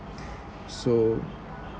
so